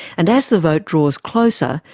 and as the vote draws closer,